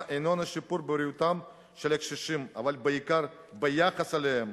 אינו שיפור בריאותם של הקשישים אלא בעיקר היחס אליהם.